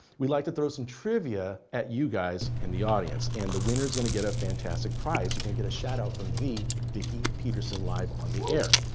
we like to throw some trivia at you guys in the audience. and the winner is going to get a fantastic prize. you're going to get a shout out from the vicki peterson live on the air.